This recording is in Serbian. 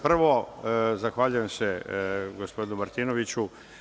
Prvo, zahvaljujem se gospodinu Martinoviću.